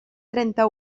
trenta